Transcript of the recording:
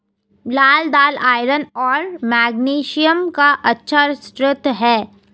लाल दालआयरन और मैग्नीशियम का अच्छा स्रोत है